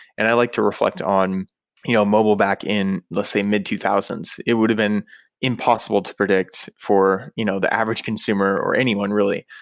and i like to reflect on you know mobile back in, let's say, mid two thousand s. it would have been impossible to predict for you know the average consumer or anyone really.